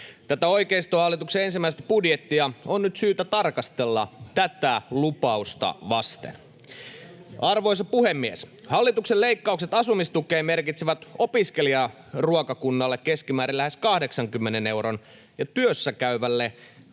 Tätä oikeistohallituksen ensimmäistä budjettia on nyt syytä tarkastella tätä lupausta vasten. Arvoisa puhemies! Hallituksen leikkaukset asumistukeen merkitsevät opiskelijaruokakunnalle keskimäärin lähes 80 euron ja työssäkäyvälle